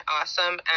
awesome